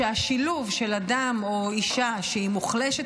השילוב של אדם או אישה שהיא מוחלשת